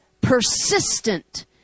persistent